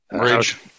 Rage